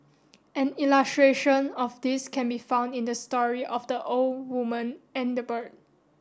an illustration of this can be found in the story of the old woman and the bird